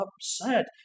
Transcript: upset